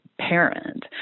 parent